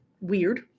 weird